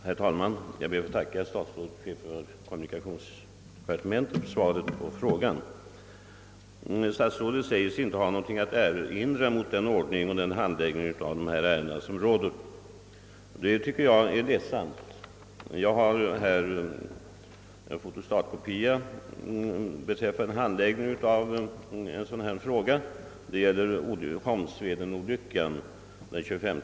Herr talman! Jag ber att få tacka statsrådet och chefen för kommunikationsdepartementet för svaret på frågan. Statsrådet säger sig inte ha någonting att erinra mot rådande ordning vid handläggningen av dessa ärenden. Det tycker jag är ledsamt. Jag har här en fotostatkopia som gäller handläggningen av Holmsvedenolyckan den 25 april 1966.